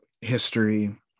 history